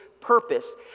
purpose